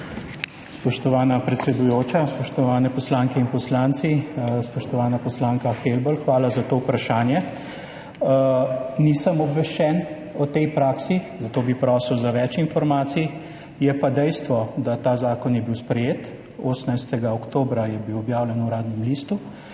Spoštovana predsedujoča, spoštovani poslanke in poslanci! Spoštovana poslanka Helbl, hvala za to vprašanje. Nisem obveščen o tej praksi, zato bi prosil za več informacij. Je pa dejstvo, da je bil ta zakon sprejet, 18. oktobra je bil objavljen v Uradnem listu.